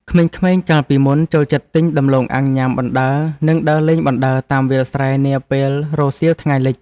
ក្មេងៗកាលពីមុនចូលចិត្តទិញដំឡូងអាំងញ៉ាំបណ្តើរនិងដើរលេងបណ្តើរតាមវាលស្រែនាពេលរសៀលថ្ងៃលិច។